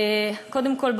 קודם כול,